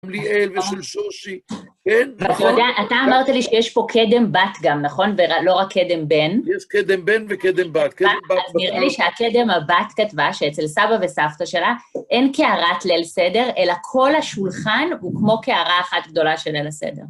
ליאל ושל שושי, כן? ואתה יודע, אתה אמרת לי שיש פה קדם בת גם, נכון? ולא רק קדם בן. יש קדם בן וקדם בת. אז נראה לי שהקדם הבת כתבה, שאצל סבא וסבתא שלה, אין קערת ליל סדר, אלא כל השולחן הוא כמו קערה אחת גדולה של ליל הסדר.